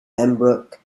pembroke